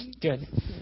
good